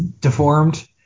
deformed